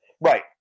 Right